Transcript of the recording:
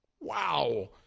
Wow